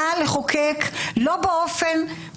נא לחוקק לא